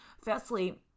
firstly